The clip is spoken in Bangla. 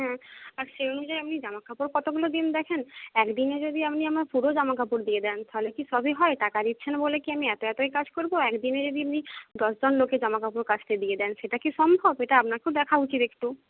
হুম আর সেই অনুযায়ী আপনি জামা কাপড় কতোগুলো দিন দেখেন এক দিনে যদি আপনি আমার পুরো জামা কাপড় দিয়ে দেন তাহলে কি সবই হয় টাকা দিচ্ছেন বলে কি আমি এতো এতোই কাজ করবো এক দিনে যদি আপনি দশজন লোকের জামা কাপড় কাচতে দিয়ে দেন সেটা কি সম্ভব এটা আপনাকেও দেখা উচিৎ একটু